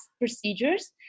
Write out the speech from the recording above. procedures